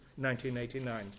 1989